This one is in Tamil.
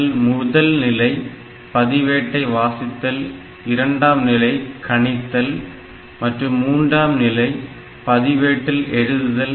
அதில் முதல் நிலை பதிவேட்டை வாசித்தல் இரண்டாம் நிலை கணித்தல் மற்றும் மூன்றாம் நிலை பதிவேட்டில் எழுதுதல்